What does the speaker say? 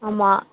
ஆமாம்